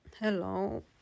Hello